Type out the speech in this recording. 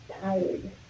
tired